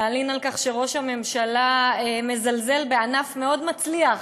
להלין על כך שראש הממשלה מזלזל בענף מאוד מצליח